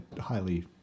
highly